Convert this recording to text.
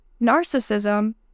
narcissism